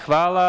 Hvala.